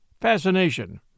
fascination